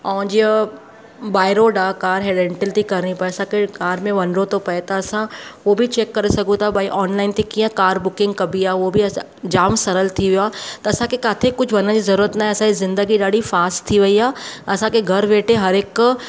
ऐं जीअं by road आहे कार ई रेंटल थी करिणी पए असांखे कार में वञिणो थो पए त असां उहो बि चेक करे सघूं था भई ऑनलाइन ते कीअं कार बुकिंग कभी आए हो बि असां जामु सरल थी वियो आहे त असांखे किथे कुझु वञण जी ज़रूरत न आहे असां जी ज़िंदगी ॾाढी फास्ट थी वई आहे असांखे घरु वेठे हर हिकु